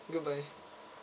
goodbye